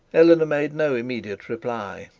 eleanor made no immediate reply.